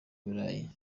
burayi